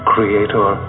Creator